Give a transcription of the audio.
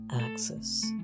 axis